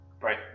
Right